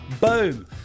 boom